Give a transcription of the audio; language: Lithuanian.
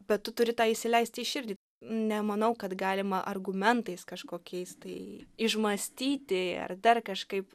bet tu turi tą įsileisti į širdį nemanau kad galima argumentais kažkokiais tai išmąstyti ar dar kažkaip